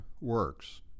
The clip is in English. works